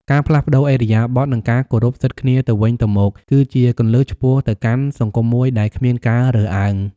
ការផ្លាស់ប្ដូរឥរិយាបថ និងការគោរពសិទ្ធិគ្នាទៅវិញទៅមក គឺជាគន្លឹះឆ្ពោះទៅកាន់សង្គមមួយដែលគ្មានការរើសអើង។